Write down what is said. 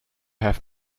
have